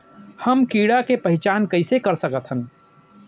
हम कीड़ा के पहिचान कईसे कर सकथन